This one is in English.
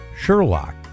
Sherlock